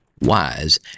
wise